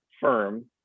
firm